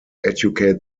educate